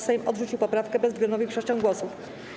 Sejm odrzucił poprawkę bezwzględną większością głosów.